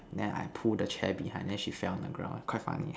then I pull down the chair behind then she fell on the ground quite funny eh